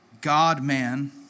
God-man